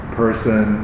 person